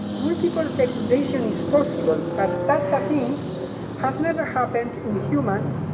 multiple fecundation is possible but such a thing has never happened in humans,